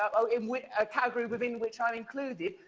um ah in which a category within which i am included,